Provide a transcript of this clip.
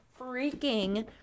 freaking